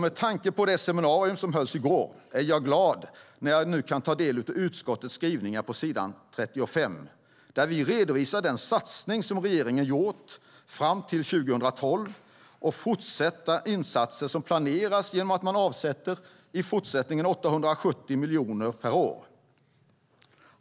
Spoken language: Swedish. Med tanke på det seminarium som hölls i går är jag glad när jag tar del av utskottets skrivningar på s. 35 där vi redovisar den satsning som regeringen gjort fram till 2012 och den fortsatta insats som planeras genom att man avsätter 870 miljoner per år.